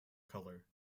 colour